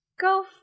Go